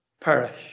perish